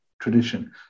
tradition